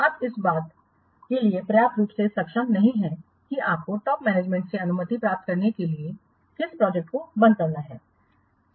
आप इस बात के लिए पर्याप्त रूप से सक्षम नहीं हैं कि आपको टॉप मैनेजमेंट से अनुमति प्राप्त करने के लिए किस प्रोजेक्ट को बंद करना है